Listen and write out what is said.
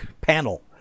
panel